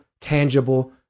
tangible